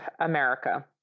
America